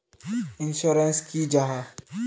Insurance की जाहा?